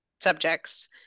subjects